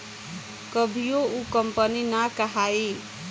कभियो उ कंपनी ना कहाई